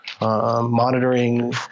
monitoring